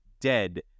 dead